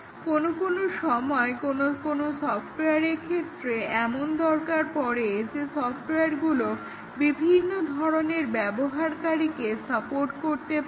কোনো কোনো সময় কোনো কোনো সফটওয়ারের ক্ষেত্রে এমন দরকার পড়ে যে সফ্টওয়ারগুলো বিভিন্ন ধরণের ব্যবহারকারীকে সাপোর্ট করতে পারে